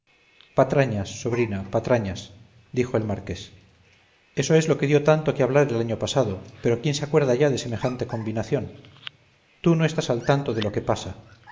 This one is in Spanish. patrañas sobrina patrañas dijo el marqués eso es lo que dio tanto que hablar el año pasado pero quién se acuerda ya de semejante combinación tú no estás al tanto de lo que pasa